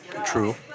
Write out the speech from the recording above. True